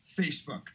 facebook